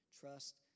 trust